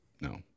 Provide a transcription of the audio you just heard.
no